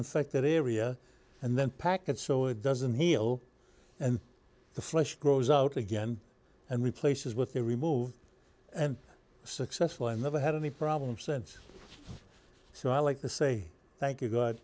infected area and then pack it so it doesn't heal and the flesh grows out again and replaces what they removed and successful i never had any problem since so i like to say thank